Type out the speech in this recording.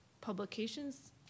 publications